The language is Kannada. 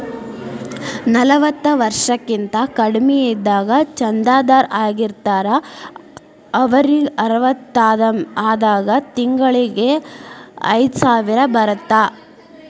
ನಲವತ್ತ ವರ್ಷಕ್ಕಿಂತ ಕಡಿಮಿ ಇದ್ದಾಗ ಚಂದಾದಾರ್ ಆಗಿರ್ತಾರ ಅವರಿಗ್ ಅರವತ್ತಾದಾಗ ತಿಂಗಳಿಗಿ ಐದ್ಸಾವಿರ ಬರತ್ತಾ